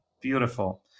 beautiful